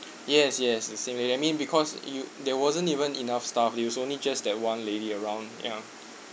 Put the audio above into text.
yes yes the same lady that mean because you there wasn't even enough staff there was only just that one lady around ya